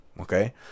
okay